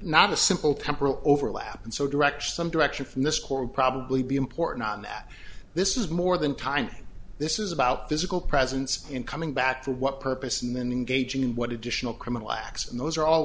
not a simple temporal overlap and so direct some direction from this court probably be important not that this is more than time this is about physical presence in coming back to what purpose and ending gauging what additional criminal acts and those are all